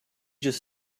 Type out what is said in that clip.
just